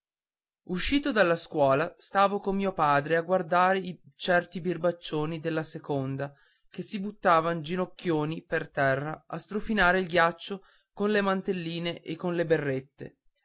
uscito dalla scuola stavo con mio padre a guardar certi birbaccioni della seconda che si buttavan ginocchioni per terra a strofinare il ghiaccio con le mantelline e con le berrette